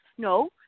No